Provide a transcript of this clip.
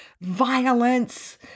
violence